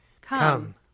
Come